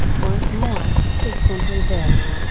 once more, is simply this.